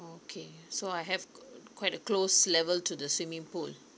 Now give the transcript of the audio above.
okay so I have quite a close level to the swimming pool